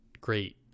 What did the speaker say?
great